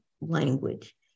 language